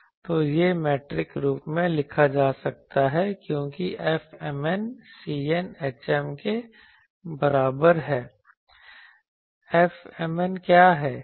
तो यह मीट्रिक रूप में लिखा जा सकता है क्योंकि Fmn Cn hm के बराबर है